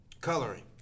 coloring